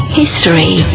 history